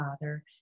father